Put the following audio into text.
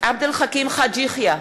עבד אל חכים חאג' יחיא,